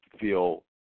feel